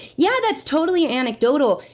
yeah. that's totally anecdotal,